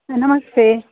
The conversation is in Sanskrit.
हा नमस्ते